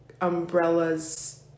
umbrellas